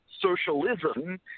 socialism –